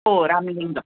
हो रामलिंग